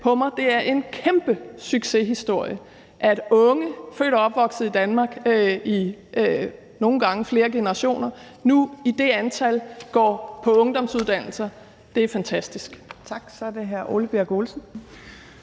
Det er en kæmpe succeshistorie, at unge født og opvokset i Danmark, nogle gange igennem flere generationer, nu i det antal går på ungdomsuddannelser – det er fantastisk.